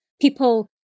people